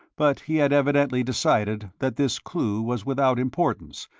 but he had evidently decided that this clue was without importance,